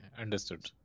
understood